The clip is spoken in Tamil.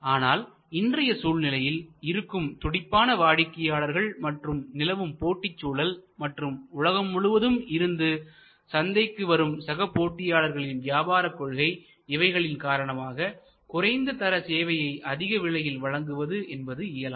ஆனால் இன்றைய சூழ்நிலையில் இருக்கும் துடிப்பான வாடிக்கையாளர்கள் மற்றும் நிலவும் போட்டி சூழல் மற்றும் உலகம் முழுவதும் இருந்து சந்தைக்கு வரும் சக போட்டியாளர்களின் வியாபாரக் கொள்கை இவைகளின் காரணமாக குறைந்த தர சேவையை அதிக விலையில் வழங்குவது என்பது இயலாது